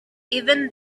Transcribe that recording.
even